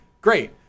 Great